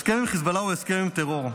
הסכם עם חיזבאללה הוא הסכם עם הטרור,